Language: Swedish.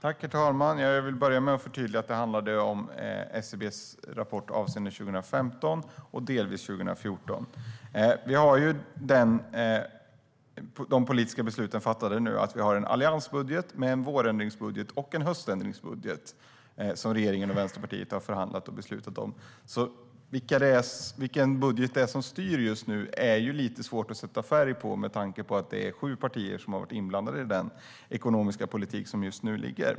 Herr talman! Jag vill börja med att förtydliga att det handlade om SCB:s rapport avseende 2015 och delvis 2014. Det har fattats politiska beslut, så nu har vi en alliansbudget med en vårändringsbudget och en höständringsbudget som regeringen och Vänsterpartiet har förhandlat fram och beslutat om. Vilken budget som styr just nu är lite svårt att sätta färg på med tanke på att det är sju partier som har varit inblandade i den ekonomiska politik som just nu gäller.